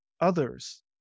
others